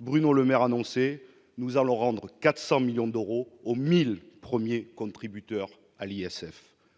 Bruno Le Maire annoncé, nous allons rendre 400 millions d'euros aux 1000 premiers contributeurs à l'ISF